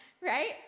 Right